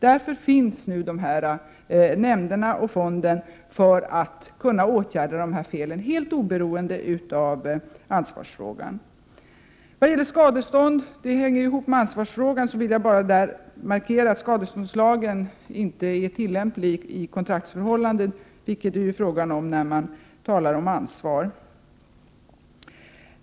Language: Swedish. Därför finns nu småhusskadenämnden och fonden för avhjälpande av fuktoch mögelskador för att kunna åtgärda dessa fel helt oberoende av ansvarsfrågan. Frågan om skadestånd hänger ihop med ansvarsfrågan. Jag vill där bara markera att skadeståndslagen inte är tillämplig i kontraktsförhållanden som det ju är fråga om när man talar om ansvar.